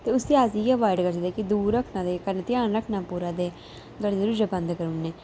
ते उसी अस अवाइड करी सकदे दूर रक्खना कन्नै ध्यान रखना पूरा दे कन्नै दरवाजे दुरवूजे बंद करी ओड़ने